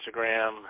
Instagram